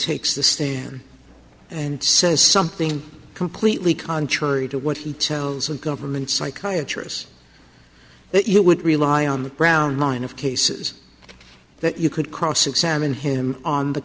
takes the stand and says something completely contrary to what he tells the government psychiatry's that you would rely on the brown line of cases that you could cross examine him on the